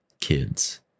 kids